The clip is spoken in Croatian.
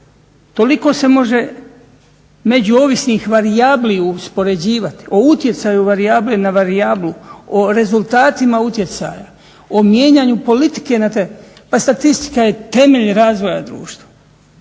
toliko se može međuovisnih varijabli uspoređivati o utjecaju varijabli na varijablu, o rezultatima utjecaja, o mijenjanju politike. Pa statistika je temelj razvoja društva.